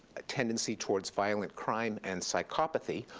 a tendency towards violent crime, and psychopathy,